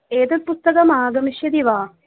एतत् पुस्तकमागमिष्यति वा